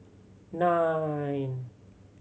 nine